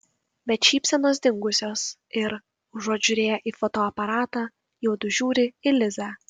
bet šypsenos dingusios ir užuot žiūrėję į fotoaparatą juodu žiūri į lizę